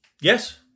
Yes